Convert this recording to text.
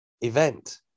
event